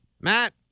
Matt